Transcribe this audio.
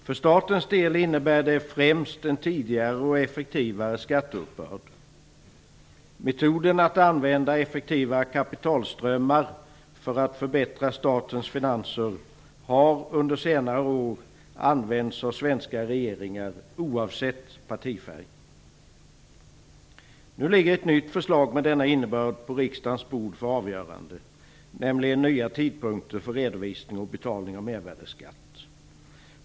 För statens del innebär det främst en tidigare och effektivare skatteuppbörd. Metoden att använda effektiva kapitalströmmar för att förbättra statens finanser har under senare år använts av svenska regeringar, oavsett partifärg. Nu ligger ett nytt förslag på riksdagens bord för avgörande, nämligen om nya tidpunkter för redovisning och betalning av mervärdesskatt.